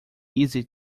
easy